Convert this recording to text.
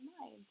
mind